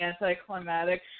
anticlimactic